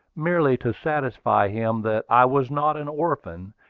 merely to satisfy him that i was not an orphan,